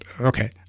okay